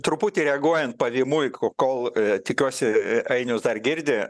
truputį reaguojant pavymui kol tikiuosi ainius dar girdi